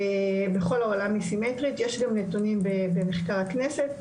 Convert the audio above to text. יש גם נתונים במחקר הכנסת.